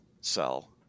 sell